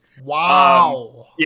Wow